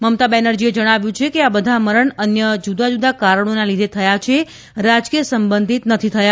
મમતા બેનરજીએ જણાવ્યું કે આ બધા મરણ અન્ય જુદા જુદા કારણોને લીધે થયા છે રાજકીય સંબંધિત નથી થયા